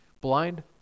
Blind